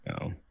No